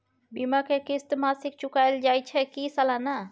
बीमा के किस्त मासिक चुकायल जाए छै की सालाना?